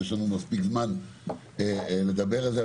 יש לנו מספיק זמן לדבר על זה.